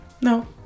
No